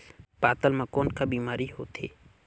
पातल म कौन का बीमारी होथे?